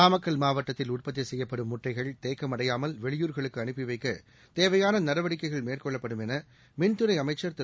நாமக்கல் மாவட்டத்தில் உற்பத்தி செய்யப்படும் முட்டைகள் தேக்கம் அடையாமல் வெளியூர்களுக்கு அனுப்பி வைக்க தேவையான நடவடிக்கைகள் மேற்கொள்ளப்படும் என மின்துறை அமைச்சர் திரு